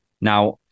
Now